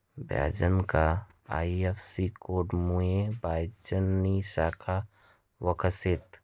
ब्यांकना आय.एफ.सी.कोडमुये ब्यांकनी शाखा वयखता येस